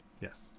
Yes